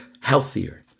healthier